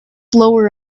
lower